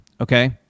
okay